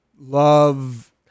love